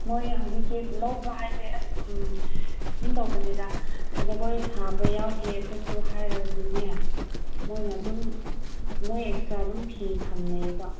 ꯃꯣꯏ ꯍꯧꯖꯤꯛꯀꯤ ꯂꯧꯕ ꯍꯥꯏꯁꯦ ꯑꯁ ꯑꯁꯨꯝ ꯇꯧꯕꯅꯤꯗ ꯖꯒꯣꯏ ꯁꯥꯕ ꯌꯥꯎꯒꯦ ꯑꯩꯈꯣꯏꯁꯨ ꯍꯥꯏꯔꯗꯤꯅꯦ ꯃꯣꯏꯅ ꯑꯗꯨꯝ ꯃꯣꯏ ꯑꯦꯛꯁꯇ꯭ꯔꯥ ꯑꯗꯨꯝ ꯐꯤ ꯊꯝꯅꯩꯕ